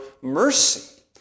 mercy